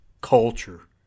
culture